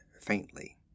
faintly